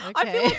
Okay